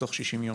בתוך 60 ימים,